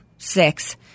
six